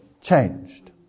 changed